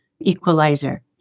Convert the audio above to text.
equalizer